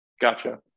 Gotcha